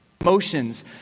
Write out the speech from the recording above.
emotions